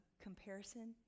comparison